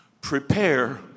prepare